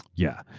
yeah.